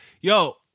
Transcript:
yo